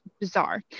bizarre